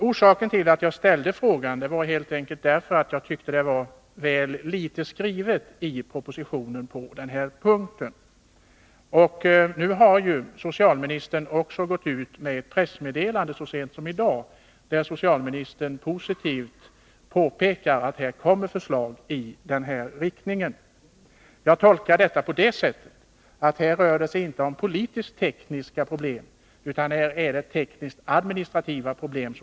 Orsaken till att jag ställde frågan var helt enkelt den att jag tycker att det i propositionen har skrivits väl litet på den här punkten. Nu har ju socialministern så sent som i dag gått ut med ett pressmeddelande, där han är positiv och framhåller att det kommer att framläggas förslag i den här riktningen. Jag tolkar detta på det sättet att det här inte rör sig bara om politisk-tekniska problem utan framför allt teknisk-administrativa problem.